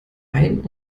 ein